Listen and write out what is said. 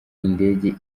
indege